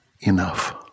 enough